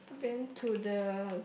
then to the